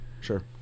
Sure